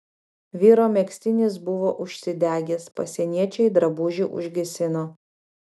vyro megztinis buvo užsidegęs pasieniečiai drabužį užgesino